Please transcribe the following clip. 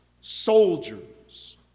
soldiers